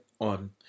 on